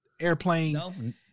airplane